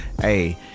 hey